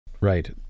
Right